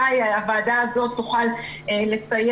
אולי הוועדה הזאת תוכל לסייע